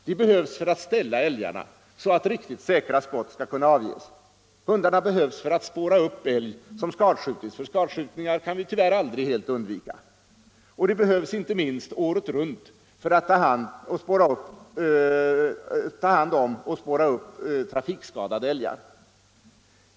De behövs för att ställa älgen så att riktigt säkra skott skall kunna avges. Hundarna behövs för att spåra upp älg som skadskjutits — för skadskjutningar kommer vi tyvärr aldrig att kunna helt undvika — och hundarna behövs året runt inte minst för att söka reda på trafikskadade älgar.